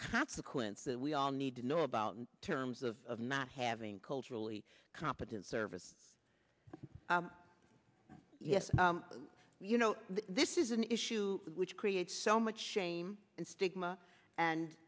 consequence that we all need to know about in terms of not having culturally competent service yes you know this is an issue which creates so much shame and stigma and